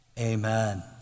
Amen